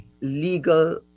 legal